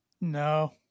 No